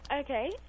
Okay